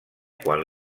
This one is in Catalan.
quan